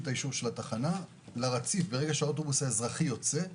אישור התחנה וברגע שהאוטובוס האזרחי יוצא,